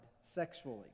sexually